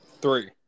three